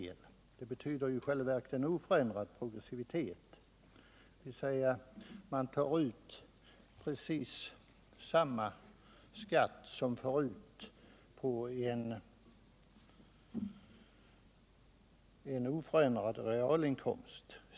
Indexreglerad skatteskala betyder i själva verket oförändrad progressivitet — man tar ut precis samma skatt som förut på en oförändrad realinkomst.